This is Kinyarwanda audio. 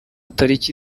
taliki